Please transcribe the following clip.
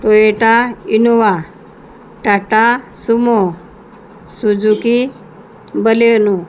Toyota Innova Tata Sumo Suzuki Baleno